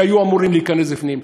שהיו אמורים להיכנס בפנים.